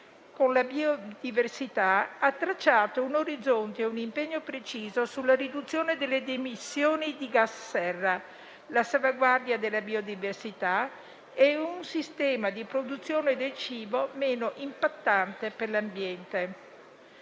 della biodiversità ha tracciato un orizzonte e un impegno preciso per la riduzione delle emissioni di gas serra, la salvaguardia della biodiversità e la creazione di un sistema di produzione del cibo meno impattante per l'ambiente.